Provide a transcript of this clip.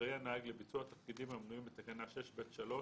אחראי הנהג לביצוע התפקידים המנויים בתקנה 6(ב)(3),